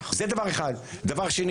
דבר שני